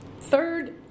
Third